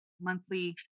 monthly